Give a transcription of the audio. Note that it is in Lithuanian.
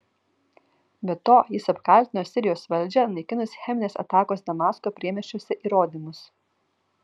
be to jis apkaltino sirijos valdžią naikinus cheminės atakos damasko priemiesčiuose įrodymus